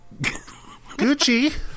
Gucci